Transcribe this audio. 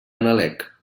nalec